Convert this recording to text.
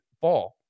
fall